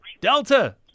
Delta